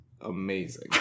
amazing